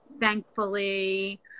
thankfully